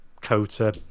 Cota